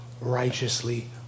righteously